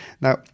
Now